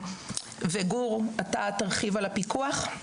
גור, אתה תרחיב על הפיקוח.